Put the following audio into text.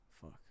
Fuck